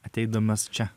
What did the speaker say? ateidamas čia